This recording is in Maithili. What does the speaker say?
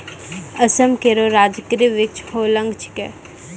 असम केरो राजकीय वृक्ष होलांग छिकै